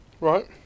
Right